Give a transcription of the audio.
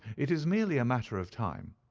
it is merely a matter of time.